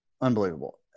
Unbelievable